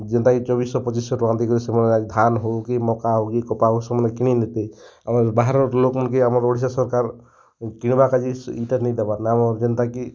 ଯେନ୍ଟା କି ଚବିଶଶହ ପଚିଶଶହ ଟଙ୍କା ଦେଇକରି ସେମାନେ ଧାନ୍ ହେଉ କି ମକା ହେଉ କି କପା ହେଉ ସେମାନେ କିଣି ନେତେ ଆମର୍ ବାହରର୍ ଲୋକ୍ମାନ୍କେ ଆମର୍ ଓଡ଼ିଶା ସରକାର୍ କିଣ୍ବା କା'ଯେ ଇ'ଟା ନାଇଁ ଦେବାର୍ନ ଆମର୍ ଯେନ୍ତାକି